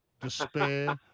despair